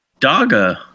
Daga